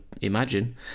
imagine